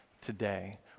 today